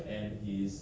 korean ada eh